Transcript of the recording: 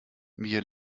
wir